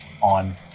on